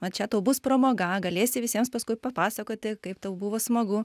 va čia tau bus pramoga galėsi visiems paskui papasakoti kaip tau buvo smagu